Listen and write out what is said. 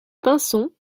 pinson